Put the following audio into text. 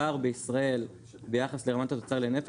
הפער בישראל ביחס לרמת התוצר לנפש,